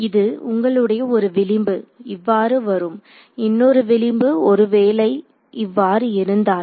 இது உங்களுடைய ஒரு விளிம்பு இவ்வாறு வரும் இன்னொரு விளிம்பு ஒருவேளை இவ்வாறு இருந்தால்